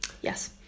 Yes